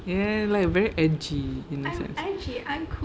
ya like very edgy in a sense